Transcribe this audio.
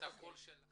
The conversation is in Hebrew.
התכנית, העשייה היא